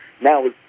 now